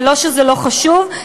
ולא שזה לא חשוב,